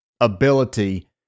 ability